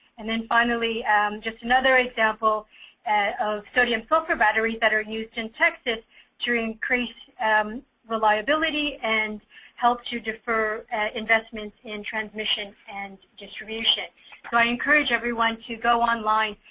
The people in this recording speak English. and then finally just another example of sodium-sulphurs that are ah that are used in texas to increase um reliability and help to defer investments in transmission and distribution. so i encourage everyone to go online,